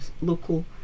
local